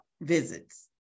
visits